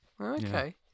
okay